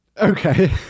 Okay